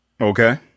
Okay